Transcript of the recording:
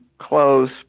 close